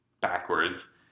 backwards